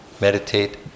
meditate